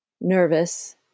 nervous